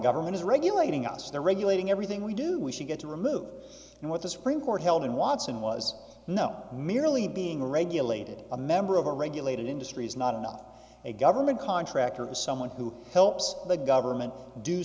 government is regulating us they're regulating everything we do we should get to remove and what the supreme court held in watson was no merely being regulated a member of a regulated industry is not enough a government contractor is someone who helps the government do